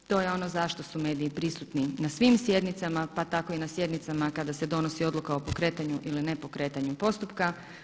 To je ono zašto su mediji prisutni na svim sjednicama pa tako i na sjednicama kada se donosi odluka o pokretanju ili ne pokretanju postupka.